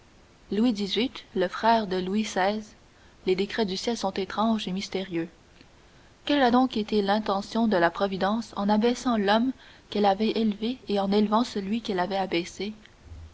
louis xviii le frère de louis xvi les décrets du ciel sont étranges et mystérieux quelle a donc été l'intention de la providence en abaissant l'homme qu'elle avait élevé et en élevant celui qu'elle avait abaissé